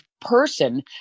person